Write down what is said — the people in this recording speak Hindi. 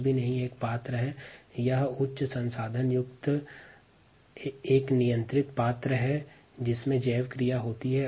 यह एक उच्च यांत्रिकी युक्त नियंत्रित वेसल होता हैं जिसमें जैव प्रक्रिया होती हैं